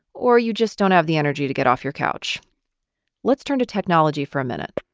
or you just don't have the energy to get off your couch let's turn to technology for a minute.